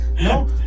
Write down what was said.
No